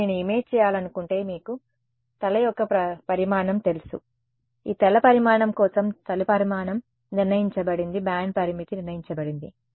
కాబట్టి నేను ఇమేజ్ చేయాలనుకుంటే మీకు తల యొక్క పరిమాణం తెలుసు ఈ తల పరిమాణం కోసం తల పరిమాణం నిర్ణయించబడింది బ్యాండ్ పరిమితి నిర్ణయించబడింది